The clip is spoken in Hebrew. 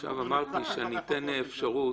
עכשיו אמרתי שאני אתן אפשרות,